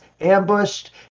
ambushed